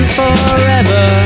forever